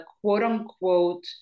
quote-unquote